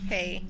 Hey